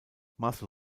marcel